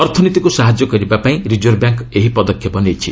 ଅର୍ଥନୀତିକୁ ସାହାଯ୍ୟ କରିବା ପାଇଁ ରିଜର୍ଭ ବ୍ୟାଙ୍କ ଏହି ପଦକ୍ଷେପ ନେଇଛି